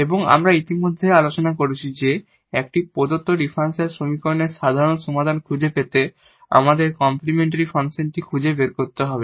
এবং আমরা ইতিমধ্যেই আলোচনা করেছি যে একটি প্রদত্ত ডিফারেনশিয়াল সমীকরণের সাধারণ সমাধান খুঁজে পেতে আমাদের কমপ্লিমেন্টরি ফাংশনটি খুঁজে বের করতে হবে